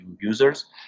users